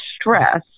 stress